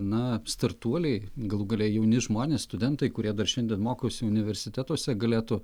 na startuoliai galų gale jauni žmonės studentai kurie dar šiandien mokosi universitetuose galėtų